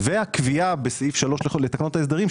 ועם הקביעה בסעיף 3 לתקנות ההסדרים,